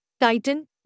Titan